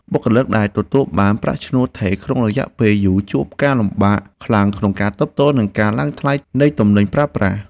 បុគ្គលិកដែលទទួលបានប្រាក់ឈ្នួលថេរក្នុងរយៈពេលយូរជួបការលំបាកខ្លាំងក្នុងការទប់ទល់នឹងការឡើងថ្លៃនៃទំនិញប្រើប្រាស់។